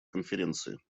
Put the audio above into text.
конференции